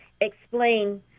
explain